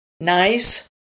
nice